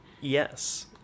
Yes